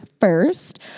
first